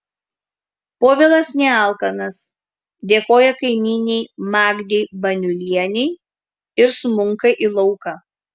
povilas nealkanas dėkoja kaimynei magdei baniulienei ir smunka į lauką